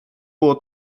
było